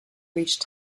reached